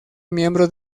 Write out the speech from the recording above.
miembros